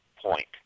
point